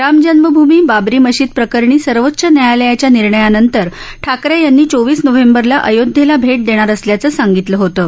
रामजन्मभूमी बाबरी मशिद प्रकरणी सर्वोच्च न्यायालयाच्या निर्णयानंतर ठाकरे यानी चोवीस नोव्हेंबरला अयोध्येला भेट देणार असल्याचं सांगितलं होतं